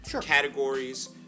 Categories